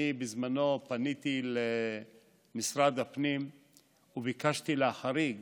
בזמנו פניתי למשרד הפנים וביקשתי להחריג